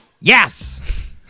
Yes